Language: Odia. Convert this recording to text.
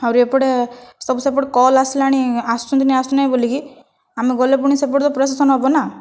ଆଉରି ଏପଟେ ସବୁ ସେପଟେ କଲ୍ ଆସିଲାଣି ଆସୁଛନ୍ତି କି ନାହିଁ ଆସୁ ନାହିଁ ବୋଲିକି ଆମେ ଗଲେ ପୁଣି ସେପଟେ ତ' ପ୍ରୋସେସନ ହେବ ନା